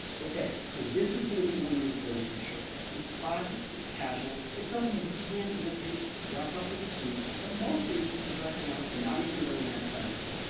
okay, so this is going to be one of your go-to shirts. it's classic its casual it's something you can in a pinch dress up with a suit, but most days you can dress down and not even wear a necktie with this.